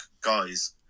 guys